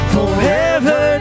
Forever